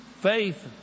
Faith